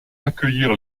accueillir